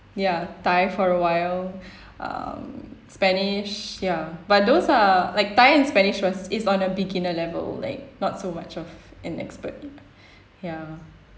ya thai for a while um spanish ya but those are like thai and spanish was is on a beginner level like not so much of an expert ya